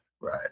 right